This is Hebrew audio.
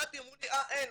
באתי ואמרו לי אין,